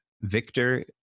victor